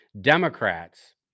Democrats